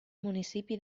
municipi